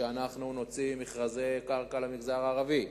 שאנחנו נוציא מכרזי קרקע למגזר הערבי.